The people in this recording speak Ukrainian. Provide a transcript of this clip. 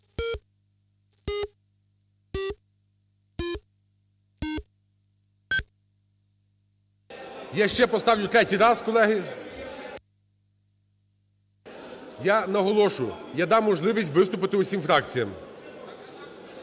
Я ще поставлю третій раз, колеги. Я наголошую, я дам можливість виступити усім фракціям.